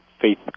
faith